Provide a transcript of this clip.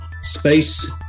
space